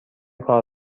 کار